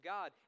God